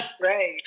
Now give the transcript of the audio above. Right